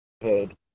head